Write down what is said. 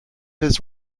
his